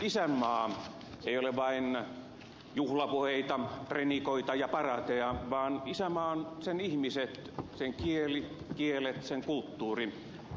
isänmaa ei ole vain juhlapuheita prenikoita ja paraateja vaan isänmaa on sen ihmiset sen kieli kielet sen kulttuuri